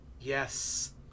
Yes